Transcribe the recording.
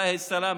עליו השלום,